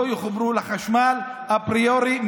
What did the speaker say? שלא יחוברו לחשמל אפריורי,